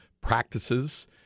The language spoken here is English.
practices